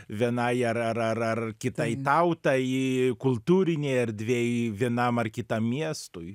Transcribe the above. vienai ar ar ar ar kitai tautai kultūrinei erdvei vienam ar kitam miestui